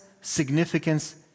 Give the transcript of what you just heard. significance